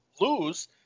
lose